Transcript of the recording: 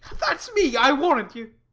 that's me, i warrant you.